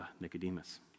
Nicodemus